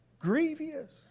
grievous